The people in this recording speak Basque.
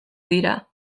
dira